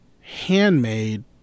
handmade